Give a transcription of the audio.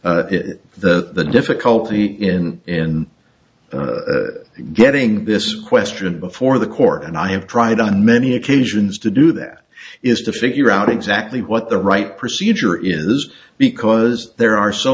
court that the difficulty in getting this question before the court and i have tried on many occasions to do that is to figure out exactly what the right procedure is because there are so